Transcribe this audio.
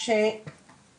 שינויו וביטולו,